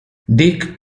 dick